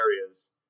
areas